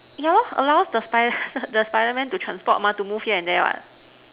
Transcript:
yeah allows the spider the spider man to transport to move here and there what